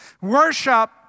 worship